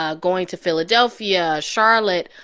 ah going to philadelphia, charlotte,